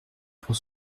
pour